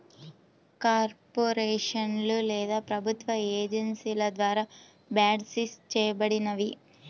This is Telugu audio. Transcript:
కార్పొరేషన్లు లేదా ప్రభుత్వ ఏజెన్సీల ద్వారా బాండ్సిస్ చేయబడినవి